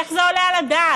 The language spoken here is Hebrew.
איך זה עולה על הדעת?